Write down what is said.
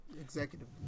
executive